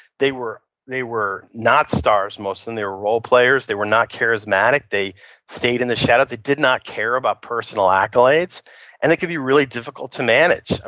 they were they were not stars, most of them. they were role players. they were not charismatic, they stayed in the shadows. they did not care about personal accolades and it can be really difficult to manage.